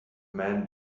man